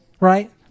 right